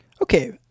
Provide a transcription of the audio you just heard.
Okay